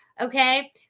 Okay